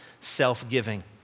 self-giving